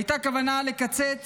הייתה כוונה לקצץ